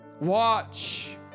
Watch